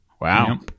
wow